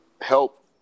help